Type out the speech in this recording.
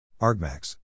argmax